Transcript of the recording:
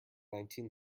nineteen